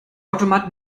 automat